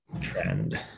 trend